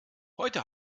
heute